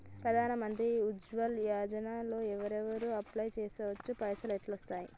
ప్రధాన మంత్రి ఉజ్వల్ యోజన లో ఎవరెవరు అప్లయ్ చేస్కోవచ్చు? పైసల్ ఎట్లస్తయి?